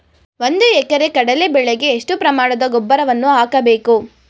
ಒಂದು ಎಕರೆ ಕಡಲೆ ಬೆಳೆಗೆ ಎಷ್ಟು ಪ್ರಮಾಣದ ಗೊಬ್ಬರವನ್ನು ಹಾಕಬೇಕು?